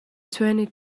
twenty